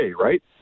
right